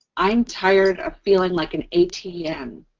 i'm tired of feeling like an atm